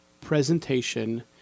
presentation